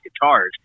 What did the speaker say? guitars